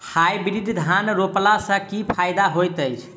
Hybrid धान रोपला सँ की फायदा होइत अछि?